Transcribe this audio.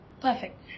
Perfect